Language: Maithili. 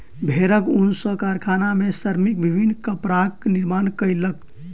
भेड़क ऊन सॅ कारखाना में श्रमिक विभिन्न कपड़ाक निर्माण कयलक